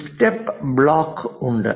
ഒരു step block ഉണ്ട്